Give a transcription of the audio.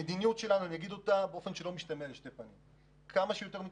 המדיניות שלנו היא כמה שיותר מתחדשות,